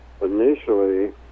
Initially